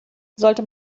sollte